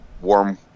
warm